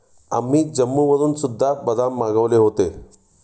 आम्ही जम्मूवरून सुद्धा बदाम मागवले होते